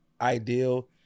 ideal